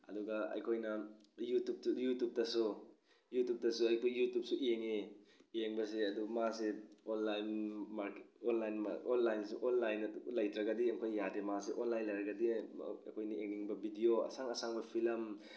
ꯑꯗꯨꯒ ꯑꯩꯈꯣꯏꯅ ꯌꯨꯇꯨꯞ ꯌꯨꯇꯨꯞꯇꯁꯨ ꯌꯨꯇꯨꯞꯇꯁꯨ ꯑꯩꯈꯣꯏ ꯌꯨꯇꯨꯞꯇꯁꯨ ꯌꯦꯡꯉꯦ ꯌꯦꯡꯕꯁꯦ ꯑꯗꯣ ꯃꯥꯁꯦ ꯑꯣꯟꯂꯥꯏꯟ ꯑꯣꯟꯂꯥꯏꯟ ꯑꯣꯟꯂꯥꯏꯟꯁꯨ ꯑꯣꯟꯂꯥꯏꯟꯗ ꯂꯩꯇ꯭ꯔꯒꯗꯤ ꯈꯣꯏ ꯌꯥꯗꯦ ꯃꯥꯁꯦ ꯑꯣꯟꯂꯥꯏꯟ ꯂꯩꯔꯒꯗꯤ ꯈꯣꯏꯅ ꯌꯦꯡꯅꯤꯡꯕ ꯕꯤꯗꯤꯑꯣ ꯑꯁꯥꯡ ꯑꯁꯥꯡꯕ ꯐꯤꯂꯝ